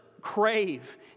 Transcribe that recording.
crave